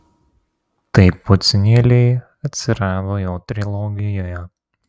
taip pociūnėliai atsirado jo trilogijoje